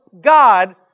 God